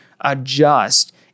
adjust